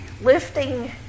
lifting